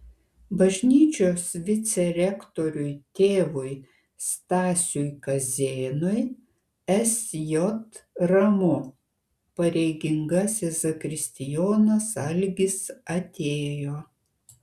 bažnyčios vicerektoriui tėvui stasiui kazėnui sj ramu pareigingasis zakristijonas algis atėjo